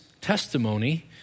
testimony